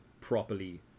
properly